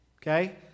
okay